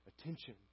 attention